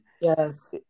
yes